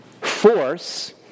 force